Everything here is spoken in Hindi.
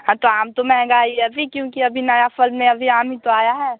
हाँ तो आम तो महंगा है अभी क्योंकि अभी नया फ़ल में अभी आम ही तो आया है